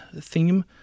theme